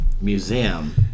museum